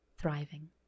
thriving